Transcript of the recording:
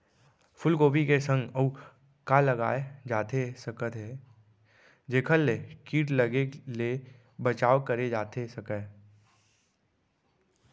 फूलगोभी के संग अऊ का लगाए जाथे सकत हे जेखर ले किट लगे ले बचाव करे जाथे सकय?